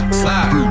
slide